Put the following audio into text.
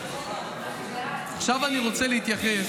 עכשיו אני רוצה להתייחס,